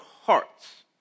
hearts